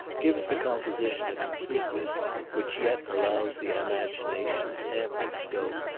gives the composition a completeness which yet allows the imagination ample scope.